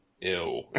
ew